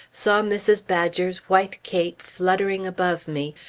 saw mrs. badger's white cape fluttering above me,